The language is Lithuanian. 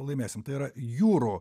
laimėsim tai yra jūrų